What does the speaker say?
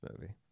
movie